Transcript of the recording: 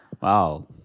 wow